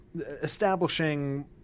establishing